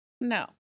No